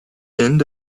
end